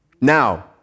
Now